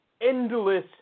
endless